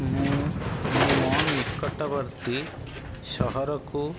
ମୁଁ ଆମ ନିକଟବର୍ତ୍ତୀ ସହରକୁ